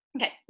Okay